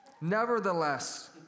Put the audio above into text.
Nevertheless